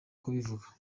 kubivuga